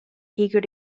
eager